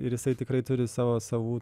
ir jisai tikrai turi savo savų